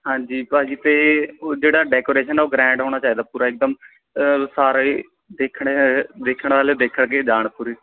ਹਾਂਜੀ ਭਾਅ ਜੀ ਅਤੇ ਉਹ ਜਿਹੜਾ ਡੈਕੋਰੇਸ਼ਨ ਹੈ ਉਹ ਗ੍ਰੈਂਡ ਹੋਣਾ ਚਾਹੀਦਾ ਪੂਰਾ ਇੱਕਦਮ ਸਾਰਾ ਹੀ ਦੇਖਣੇ ਦੇਖਣ ਵਾਲੇ ਦੇਖ ਕੇ ਜਾਣ ਪੂਰੀ